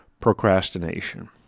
procrastination